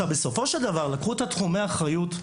בסופו של דבר לקחו את תחומי האחריות.